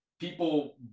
people